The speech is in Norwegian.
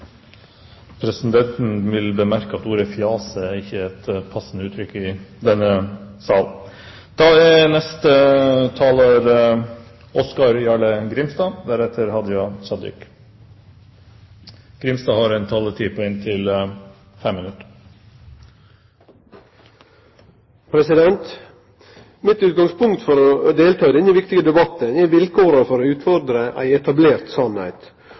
Presidenten vil bemerke at ordet «fjase» ikke er et passende uttrykk i denne sal. Mitt utgangspunkt for å delta i denne viktige debatten er vilkåra for å utfordre ei etablert sanning. Kva er den etablerte sanninga som er den viktigaste no for